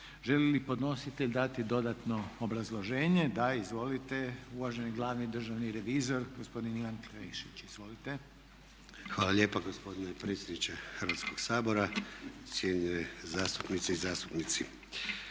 Želi li podnositelj dati dodatno obrazloženje? Da. Izvolite, uvaženi glavni državni revizor gospodin Ivan Klešić. Izvolite. **Klešić, Ivan** Hvala lijepa gospodine predsjedniče Hrvatskog sabora, cijenjene zastupnice i zastupnici.